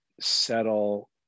settle